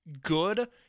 good